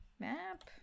Map